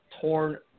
torn